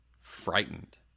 frightened